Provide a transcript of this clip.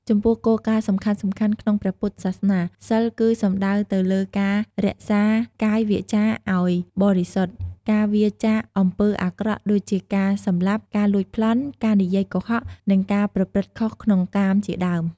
ចំពោះគោលការណ៍សំខាន់ៗក្នុងព្រះពុទ្ធសាសនា សីលគឺសំដៅទៅលើការរក្សាកាយវាចាឲ្យបរិសុទ្ធ ការវៀរចាកអំពើអាក្រក់ដូចជាការសម្លាប់ ការលួចប្លន់ ការនិយាយកុហក និងការប្រព្រឹត្តខុសក្នុងកាមជាដើម។